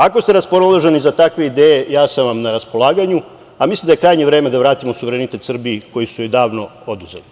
Ako ste raspoloženi za takve ideje, ja sam vam na raspolaganju, a mislim da je krajnje vreme da vratimo suverenitet Srbiji koji su joj davno oduzeli.